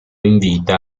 invita